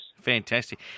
Fantastic